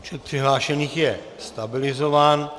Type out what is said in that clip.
Počet přihlášených je stabilizován.